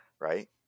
Right